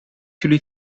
jullie